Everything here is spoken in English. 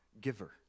giver